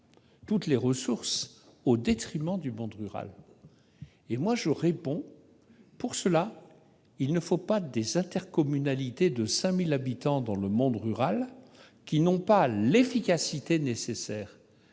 toutes les ressources au détriment du monde rural. Mais il ne faut pas non plus des intercommunalités de 5 000 habitants dans le monde rural qui n'ont pas l'efficacité nécessaire.